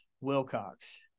Wilcox